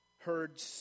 Heard